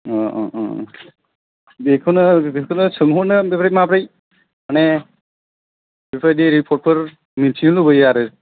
अ अ अ अ बेखौनो बेखौनो सोंहरनो माबोरै माबोरै माने बिफोरबायदि रिपरटफोर मोनथिनो लुबैयो आरो